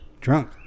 drunk